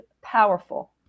powerful